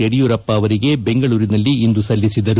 ಯಡಿಯೂರಪ್ಪ ಅವರಿಗೆ ಬೆಂಗಳೂರಿನಲ್ಲಿಂದು ಸಲ್ಲಿಸಿದರು